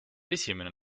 esimene